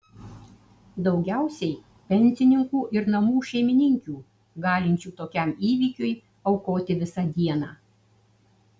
daugiausiai pensininkų ir namų šeimininkių galinčių tokiam įvykiui aukoti visą dieną